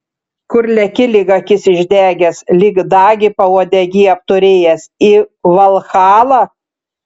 kur leki lyg akis išdegęs lyg dagį pauodegy apturėjęs į valhalą